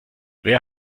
wer